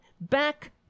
back